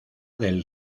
del